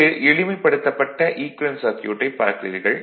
இங்கு எளிமைப்படுத்தப்பட்ட ஈக்குவேலன்ட் சர்க்யூட்டைப் பார்க்கிறீர்கள்